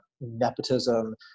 nepotism